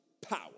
power